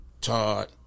Todd